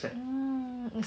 mm